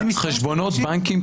חשבונות בנקים,